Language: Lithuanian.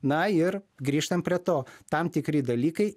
na ir grįžtam prie to tam tikri dalykai